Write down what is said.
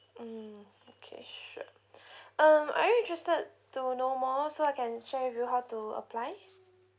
mm okay sure um are you interested to know more so I can share with you how to apply